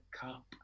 cup